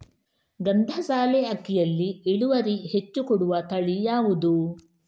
ಗಂಧಸಾಲೆ ಅಕ್ಕಿಯಲ್ಲಿ ಇಳುವರಿ ಹೆಚ್ಚು ಕೊಡುವ ತಳಿ ಯಾವುದು?